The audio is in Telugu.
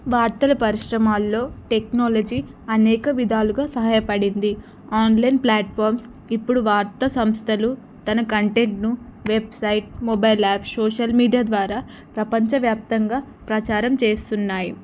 వార్తల పరిశ్రమల్లో టెక్నాలజీ అనేక విధాలుగా సహాయపడింది ఆన్లైన్ ప్లాట్ఫార్మ్స్ ఇప్పుడు వార్త సంస్థలు తన కంటెంట్ను website mobile app social media ద్వారా ప్రపంచవ్యాప్తంగా ప్రచారం చేస్తున్నాయి